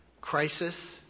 crisis